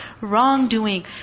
wrongdoing